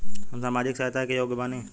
हम सामाजिक सहायता के योग्य बानी?